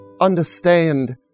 understand